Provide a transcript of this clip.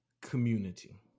community